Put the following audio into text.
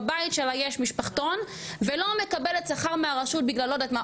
בבית שלה יש משפחתון ולא מקבלת שכר מהרשות בגלל לא יודעת מה,